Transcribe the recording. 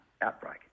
outbreak